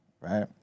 Right